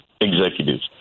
executives